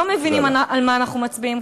לא מבינים על מה אנחנו מצביעים.